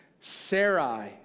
Sarai